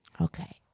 Okay